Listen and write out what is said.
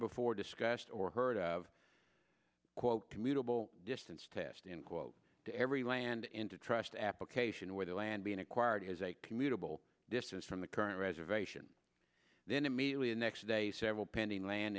before discussed or heard of quote commutable distance test in quote every land into trust application where the land being acquired is a commutable distance from the current reservation then immediately a next day several pending land